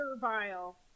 servile